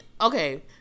okay